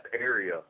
area